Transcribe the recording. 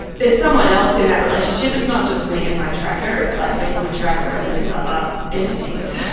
there's someone else in that relationship, it's not just me and my tracker, it's like me and my tracker and these other entities,